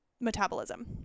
metabolism